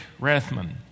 Rathman